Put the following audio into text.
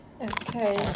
Okay